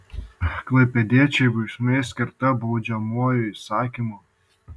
klaipėdiečiui bausmė skirta baudžiamuoju įsakymu